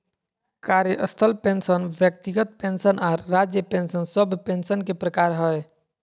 कार्यस्थल पेंशन व्यक्तिगत पेंशन आर राज्य पेंशन सब पेंशन के प्रकार हय